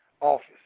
office